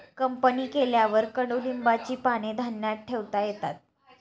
company केल्यावर कडुलिंबाची पाने धान्यात ठेवता येतात